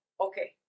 Okay